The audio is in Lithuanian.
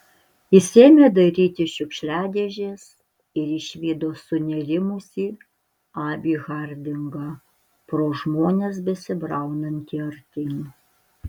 jis ėmė dairytis šiukšliadėžės ir išvydo sunerimusį abį hardingą pro žmones besibraunantį artyn